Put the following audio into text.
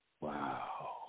Wow